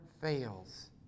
fails